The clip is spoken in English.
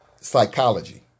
Psychology